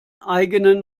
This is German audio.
eigenen